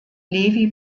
levi